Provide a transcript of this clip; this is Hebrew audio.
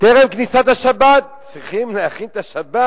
טרם כניסת השבת, צריכים להכין את השבת.